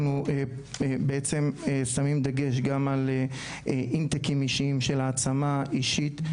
אנחנו בעצם שמים דגש גם על אינטקים אישיים של העצמה אישית.